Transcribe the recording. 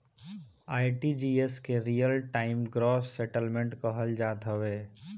RTGS के real time gross settlement कहल जात हवे